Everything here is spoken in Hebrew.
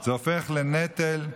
זה הופך לנטל.